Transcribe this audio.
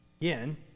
again